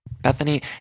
Bethany